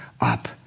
up